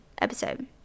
episode